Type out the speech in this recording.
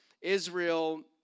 Israel